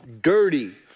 dirty